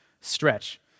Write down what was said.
stretch